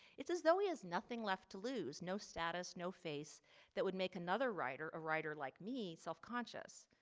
it's as though he has nothing left to lose no status, no face that would make another writer a writer like me self conscious.